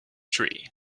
tree